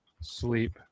Sleep